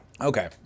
okay